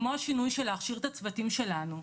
כמו השינוי של להכשיר את הצוותים שלנו,